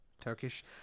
Turkish